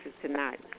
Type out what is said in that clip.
tonight